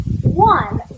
one